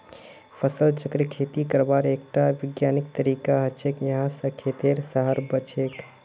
फसल चक्र खेती करवार एकटा विज्ञानिक तरीका हछेक यहा स खेतेर सहार बढ़छेक